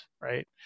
right